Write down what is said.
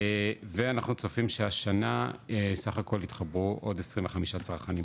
ואנחנו צופים שהשנה סך הכל יתחברו עוד 35 צרכנים.